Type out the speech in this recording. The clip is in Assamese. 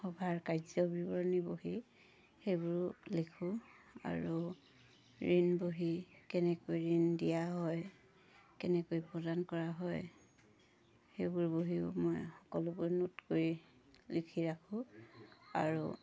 সভাৰ কাৰ্য বিৱৰণি বহী সেইবোৰো লিখোঁ আৰু ঋণ বহী কেনেকৈ ঋণ দিয়া হয় কেনেকৈ প্ৰদান কৰা হয় সেইবোৰ বহীও মই সকলোবোৰ ন'ট কৰি লিখি ৰাখোঁ আৰু